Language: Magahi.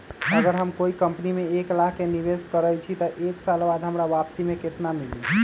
अगर हम कोई कंपनी में एक लाख के निवेस करईछी त एक साल बाद हमरा वापसी में केतना मिली?